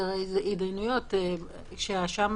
הסדרי התדיינויות, ששם